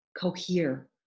cohere